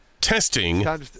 Testing